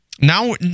now